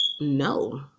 No